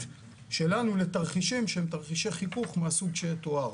שלנו לתרחישים שהם תרחישי חיכוך מהסוג שתואר.